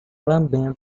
lambendo